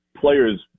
players